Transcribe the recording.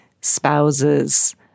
spouses